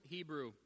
Hebrew